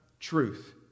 truth